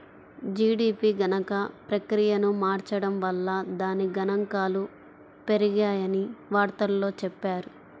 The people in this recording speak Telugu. జీడీపీ గణన ప్రక్రియను మార్చడం వల్ల దాని గణాంకాలు పెరిగాయని వార్తల్లో చెప్పారు